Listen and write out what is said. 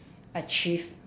achieve